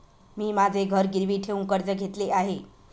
मी माझे घर गिरवी ठेवून कर्ज घेतले आहे